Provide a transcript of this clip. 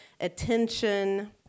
attention